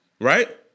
right